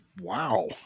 Wow